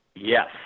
yes